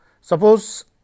Suppose